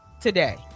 today